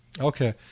Okay